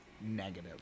negative